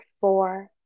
four